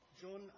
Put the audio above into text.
John